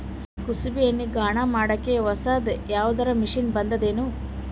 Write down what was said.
ಕುಸುಬಿ ಎಣ್ಣೆ ಗಾಣಾ ಮಾಡಕ್ಕೆ ಹೊಸಾದ ಯಾವುದರ ಮಷಿನ್ ಬಂದದೆನು?